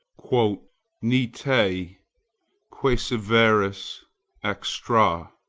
ne te quaesiveris extra.